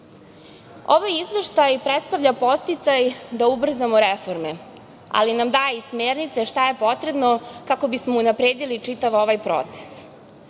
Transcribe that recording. Izveštaj predstavlja podsticaj da ubrzamo reforme, ali nam daje i smernice šta je potrebno kako bismo unapredili čitav ovaj proces.